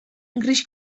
gris